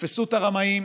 תתפסו את הרמאים,